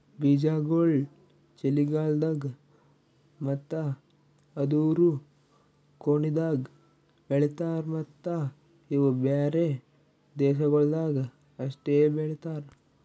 ಬೀಜಾಗೋಳ್ ಚಳಿಗಾಲ್ದಾಗ್ ಮತ್ತ ಅದೂರು ಕೊನಿದಾಗ್ ಬೆಳಿತಾರ್ ಮತ್ತ ಇವು ಬ್ಯಾರೆ ದೇಶಗೊಳ್ದಾಗ್ ಅಷ್ಟೆ ಬೆಳಿತಾರ್